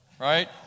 right